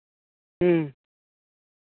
ᱦᱮᱸ